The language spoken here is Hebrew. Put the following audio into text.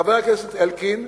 חבר הכנסת אלקין,